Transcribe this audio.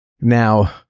Now